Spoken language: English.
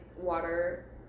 water